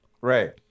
Right